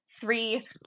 Three